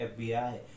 FBI